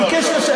הוא ביקש לשבת.